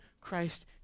Christ